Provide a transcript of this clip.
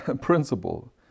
principle